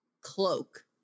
cloak